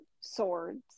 swords